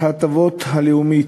ההטבות הלאומית,